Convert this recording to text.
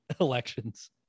elections